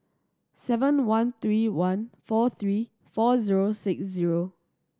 seven one three one four three four zero six zero